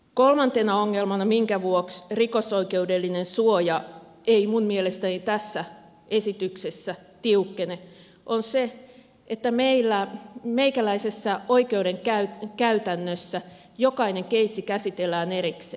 kolmantena ongelmana minkä vuoksi rikosoikeudellinen suoja ei minun mielestäni tässä esityksessä tiukkene on se että meikäläisessä oikeuskäytännössä jokainen keissi käsitellään erikseen